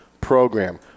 program